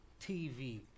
TV